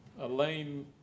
Elaine